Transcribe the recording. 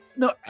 No